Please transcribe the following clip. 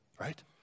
right